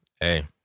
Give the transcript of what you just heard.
hey